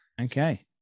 okay